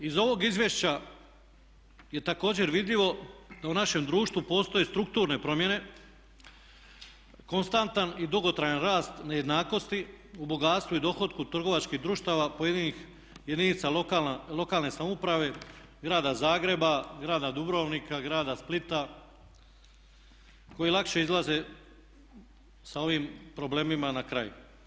Iz ovog izvješća je također vidljivo da u našem društvu postoje strukturne promjene, konstantan i dugotrajan rast nejednakosti u bogatstvu i dohotku trgovačkih društava pojedinih jedinica lokalne samouprave, Grada Zagreba, grada Dubrovnika, grada Splita koji lakše izlaze sa ovim problemima na kraj.